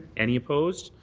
any opposed.